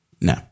No